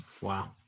wow